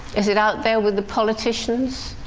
is it out there with the politicians?